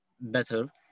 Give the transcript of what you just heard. better